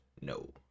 no